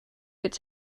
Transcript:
could